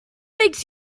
makes